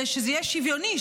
שזה יהיה שוויוני,